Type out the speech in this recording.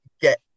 get